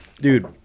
Dude